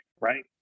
right